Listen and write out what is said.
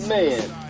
Man